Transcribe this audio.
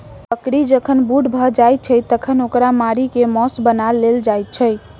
बकरी जखन बूढ़ भ जाइत छै तखन ओकरा मारि क मौस बना लेल जाइत छै